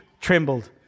trembled